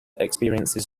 experiences